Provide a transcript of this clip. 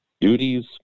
duties